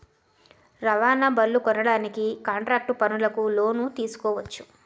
రవాణా బళ్లనుకొనడానికి కాంట్రాక్టు పనులకు లోను తీసుకోవచ్చు